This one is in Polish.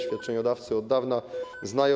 Świadczeniodawcy od dawna je znają.